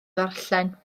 ddarllen